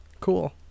Cool